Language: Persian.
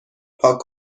پاک